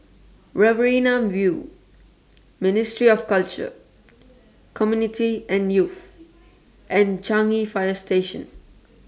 Riverina View Ministry of Culture Community and Youth and Changi Fire Station